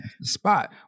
Spot